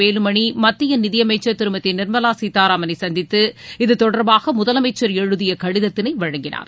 வேலுமணி மத்திய நிதியமைச்சர் திருமதி நிர்மலா சீதாராமனை சந்தித்து இதுதொடர்பாக முதலமைச்சர் எழுதிய கடிதத்தினை வழங்கினார்